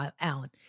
Alan